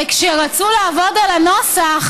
וכשרצו לעבוד על הנוסח,